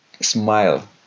smile